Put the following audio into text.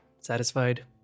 Satisfied